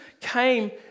came